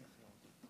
תודה.